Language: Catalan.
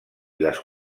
les